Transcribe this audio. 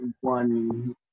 one